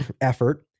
effort